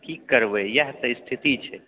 की करबै इएह तऽ स्थिति छै